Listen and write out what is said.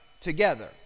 together